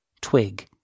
Twig